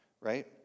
right